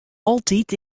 altyd